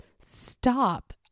stop